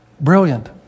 Brilliant